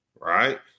right